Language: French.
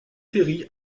ferry